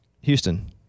Houston